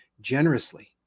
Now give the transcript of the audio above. generously